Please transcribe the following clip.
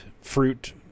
fruit